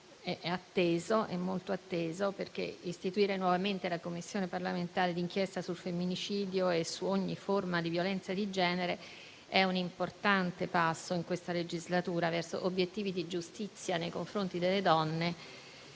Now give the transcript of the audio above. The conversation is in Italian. molto atteso. Istituire nuovamente la Commissione parlamentare d'inchiesta sul femminicidio e su ogni forma di violenza di genere è infatti un importante passo, in questa legislatura, verso obiettivi di giustizia nei confronti delle donne,